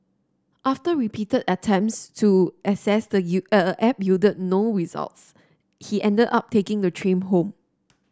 after repeated attempts to access the app yielded no results he ended up taking the train home